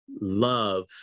love